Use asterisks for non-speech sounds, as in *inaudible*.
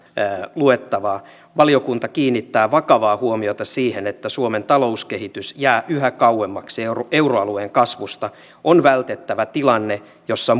luettavaa valiokunta kiinnittää vakavaa huomiota siihen että suomen talouskehitys jää yhä kauemmaksi euroalueen kasvusta on vältettävä tilanne jossa *unintelligible*